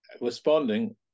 responding